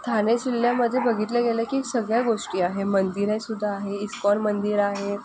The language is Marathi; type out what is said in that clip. ठाणे जिल्ह्यामध्ये बघितलं गेलं की सगळ्या गोष्टी आहे मंदिरेसुद्धा आहे इस्कॉन मंदिर आहे